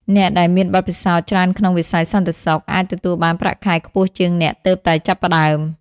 អ្នកដែលមានបទពិសោធន៍ច្រើនក្នុងវិស័យសន្តិសុខ អាចទទួលបានប្រាក់ខែខ្ពស់ជាងអ្នកទើបតែចាប់ផ្តើម។